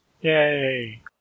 Yay